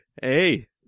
Hey